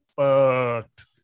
fucked